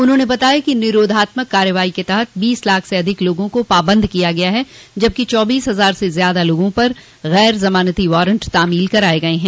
उन्होंने बताया कि निरोधात्मक कार्रवाई के तहत बीस लाख से अधिक लोगों को पाबंद किया गया है जबकि चौबीस हजार से ज्यादा लोगों पर गर जमानती वारंट तामील कराये गये हैं